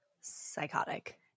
Psychotic